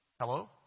Hello